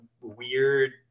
weird